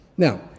Now